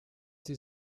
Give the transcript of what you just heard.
sie